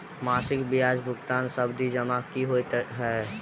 मासिक ब्याज भुगतान सावधि जमा की होइ है?